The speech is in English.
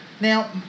Now